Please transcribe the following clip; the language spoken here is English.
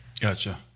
Gotcha